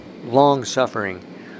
long-suffering